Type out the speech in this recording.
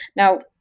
now,